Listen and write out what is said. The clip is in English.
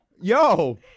Yo